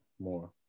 more